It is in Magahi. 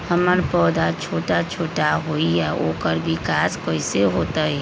हमर पौधा छोटा छोटा होईया ओकर विकास कईसे होतई?